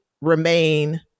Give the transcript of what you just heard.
remain